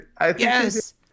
Yes